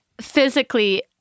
physically